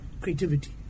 creativity